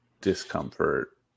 discomfort